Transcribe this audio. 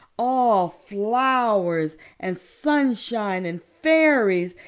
all flowers and sunshine and fairies,